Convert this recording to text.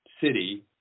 city